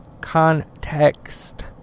context